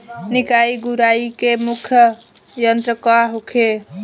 निकाई गुराई के प्रमुख यंत्र कौन होखे?